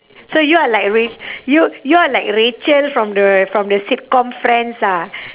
so you are like ra~ you you are like rachel from the from the sitcom friends ah